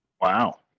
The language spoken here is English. Wow